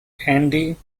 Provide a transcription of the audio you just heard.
andy